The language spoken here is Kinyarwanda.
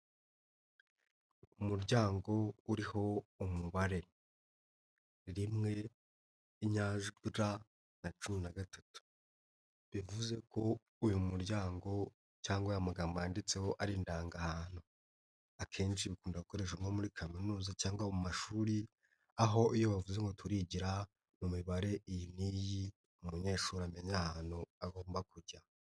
Umuryango uriho umubare, rimwe, inyajwi R na cumi na gatatu, bivuze ko uyu muryango cyangwa amagambo yanditseho ari indangahantu, akenshi bikunda gukoreshwa nko muri kaminuza cyangwa mu mashuri, aho iyo bavuze ngo turigira mu mibare iyi n'iyi, umunyeshuri amenya ahantu agomba kujya.